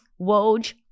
Woj